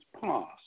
passed